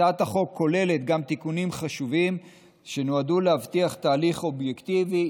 הצעת החוק כוללת גם תיקונים חשובים שנועדו להבטיח תהליך אובייקטיבי,